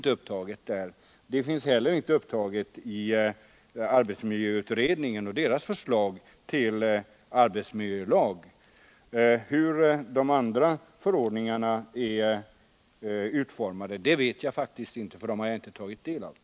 Någon åtgärd av detta slag föreslås inte heller i arbetsmiljöutredningens förslag till arbetsmiljölag. Hur de andra förordningarna som skall träda i kraft senare är utformade vet jag faktiskt inte, eftersom jag inte tagit del av dem.